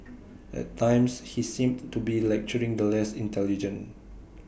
at times he seemed to be lecturing the less intelligent